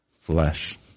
flesh